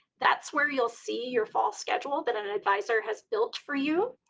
that's where you'll see your fall schedule that an advisor has built for you.